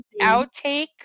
outtake